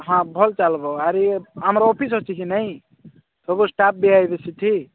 ହଁ ଭଲ୍ ଚାଲ୍ବ ଆରି ଆମର ଅଫିସ୍ ଅଛି କି ନାଇଁ ସବୁ ଷ୍ଟାପ୍ ବିି ଆଇବେ ସେଠି